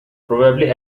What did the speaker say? probably